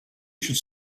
should